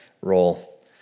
role